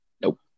Nope